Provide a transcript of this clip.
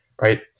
right